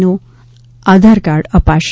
ને આધાર કાર્ડ અપાશે